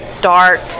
dark